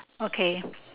okay